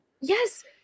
Yes